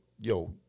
yo